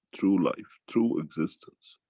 true life, true existence.